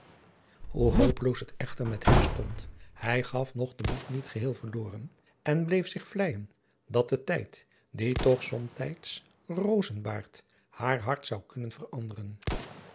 hopeloos het echter met hem stond hij gaf nog den moed niet geheel verloren en bleef zich vleijen dat de tijd die toch somtijds rozen baart haar hart zou kunnen veranderen